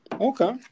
Okay